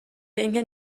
اینکه